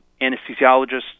anesthesiologists